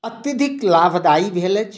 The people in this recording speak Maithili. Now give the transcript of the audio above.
अत्यधिक लाभदायी भेल अछि ओ एक दोसराक जोड़य य